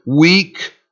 weak